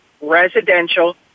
residential